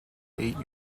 eight